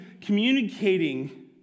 communicating